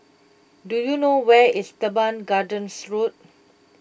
do you know where is Teban Gardens Road